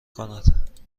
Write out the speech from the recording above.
کند